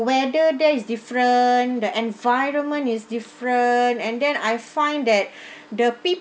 weather there is different the environment is different and then I find that the peo~